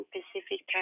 Pacific